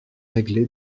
réglé